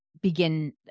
begin